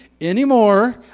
anymore